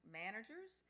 managers